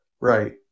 Right